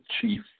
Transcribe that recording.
chief